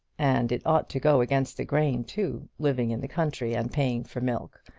and it ought to go against the grain too living in the country and paying for milk!